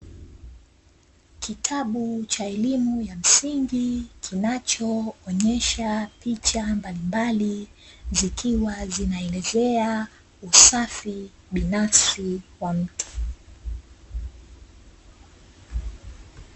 Kitabu cha elimu ya msingi kinachoonyesha picha mbalimbali zikiwa zinaelezea usafi binafsi wa mtu.